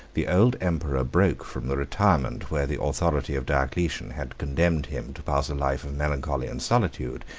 the old emperor broke from the retirement where the authority of diocletian had condemned him to pass a life of melancholy and solitude,